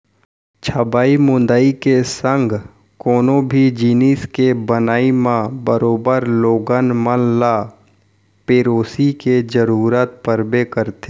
छबई मुंदई के संग कोनो भी जिनिस के बनई म बरोबर लोगन मन ल पेरोसी के जरूरत परबे करथे